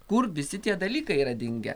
kur visi tie dalykai yra dingę